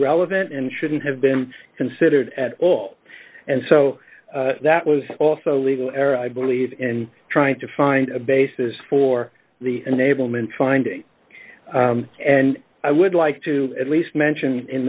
relevant and shouldn't have been considered at all and so that was also a legal error i believe and trying to find a basis for the unable man finding and i would like to at least mention in